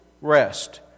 Rest